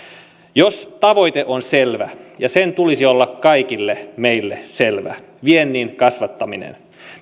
jos tavoite on selvä ja sen tulisi olla kaikille meille selvä viennin kasvattaminen